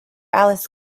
alice